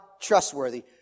trustworthy